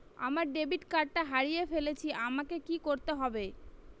আমার ডেবিট কার্ডটা হারিয়ে ফেলেছি আমাকে কি করতে হবে?